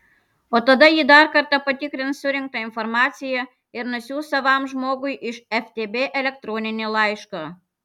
o tada ji dar kartą patikrins surinktą informaciją ir nusiųs savam žmogui iš ftb elektroninį laišką